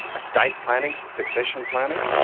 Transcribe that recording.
estate planning, succession planning,